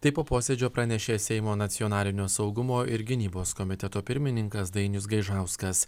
tai po posėdžio pranešė seimo nacionalinio saugumo ir gynybos komiteto pirmininkas dainius gaižauskas